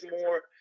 more